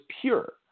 pure